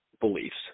beliefs